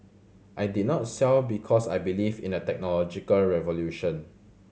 I did not sell because I believe in the technological revolution